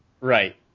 Right